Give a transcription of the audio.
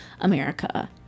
america